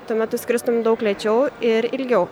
tuo metu skristum daug lėčiau ir ilgiau